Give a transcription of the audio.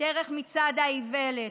דרך מצעד האיוולת.